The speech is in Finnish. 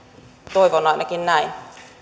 toivon ainakin näin